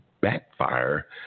backfire